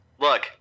Look